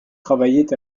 travaillait